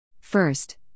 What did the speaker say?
First